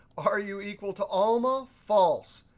are you equal to alma? false.